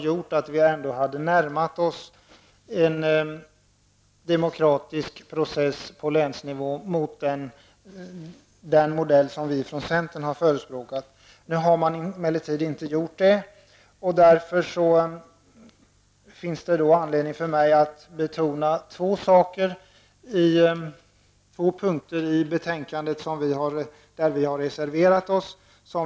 Då hade vi kunnat närma oss en demokratisk process på länsnivå enligt den modell som centern har förespråkat. Så har emellertid inte blivit fallet och därför finns det anledning för mig att betona två punkter i betänkandet där vi i centern har reserverat oss.